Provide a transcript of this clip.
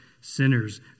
sinners